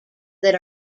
that